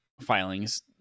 filings